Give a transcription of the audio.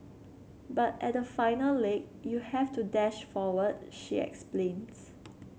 but at the final leg you have to dash forward she explains